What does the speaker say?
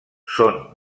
són